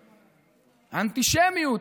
האנטישמיות,